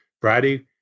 Friday